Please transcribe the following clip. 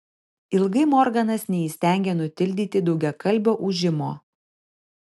ilgai morganas neįstengė nutildyti daugiakalbio ūžimo